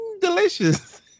delicious